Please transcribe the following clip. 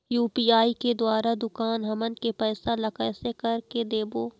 UPI के द्वारा दुकान हमन के पैसा ला कैसे कर के देबो?